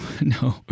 no